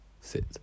Sit